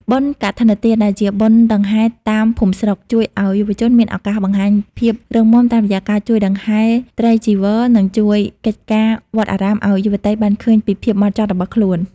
បុណ្យកឋិនទានដែលជាបុណ្យដង្ហែតាមភូមិស្រុក ជួយឱ្យយុវជនមានឱកាសបង្ហាញភាពរឹងមាំតាមរយៈការជួយដង្ហែត្រៃចីវរ និងជួយកិច្ចការវត្តអារាមឱ្យយុវតីបានឃើញពីភាពហ្មត់ចត់របស់ខ្លួន។